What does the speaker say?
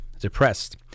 depressed